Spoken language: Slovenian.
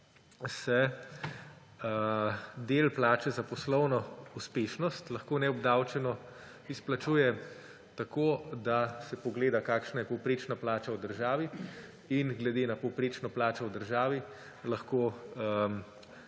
se del plače za poslovno uspešnost lahko neobdavčeno izplačuje tako, da se pogleda, kakšna je povprečna plača v državi, in glede na višino povprečne plače v državi lahko